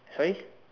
sorry